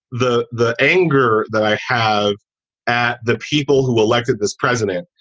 the the anger that i have at the people who elected this president,